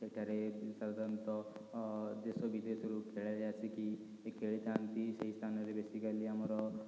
ସେଠାରେ ସାଧାରଣତଃ ଦେଶ ବିଦେଶରୁ ଖେଳାଳି ଆସିକି ଖେଳିଥାନ୍ତି ସେହି ସ୍ଥାନରେ ବେସିକାଲି ଆମର